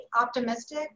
optimistic